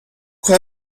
کار